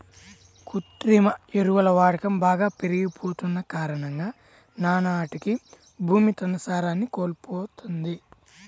కృత్రిమ ఎరువుల వాడకం బాగా పెరిగిపోతన్న కారణంగా నానాటికీ భూమి తన సారాన్ని కోల్పోతంది